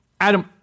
Adam